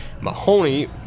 Mahoney